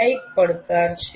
આ એક પડકાર છે